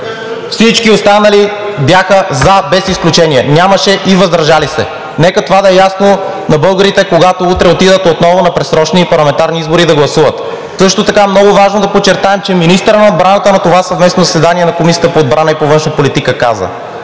Всички останали бяха „за“ без изключение, нямаше и „въздържали се“. Нека това да е ясно на българите, когато утре отидат отново да гласуват на предсрочни парламентарни избори. Също така е много важно да подчертаем, че министърът на отбраната на това съвместно заседание на комисиите по отбрана и по външна политика каза,